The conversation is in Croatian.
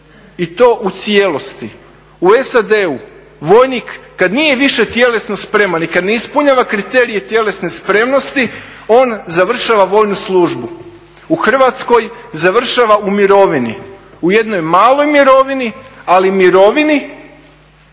i to u cijelosti. U SAD-u vojnik kad nije više tjelesno spreman i kad ne ispunjava kriterije tjelesne spremnosti, on završava vojnu službu. U Hrvatskoj završava u mirovini, u jednoj maloj mirovini, ali mirovini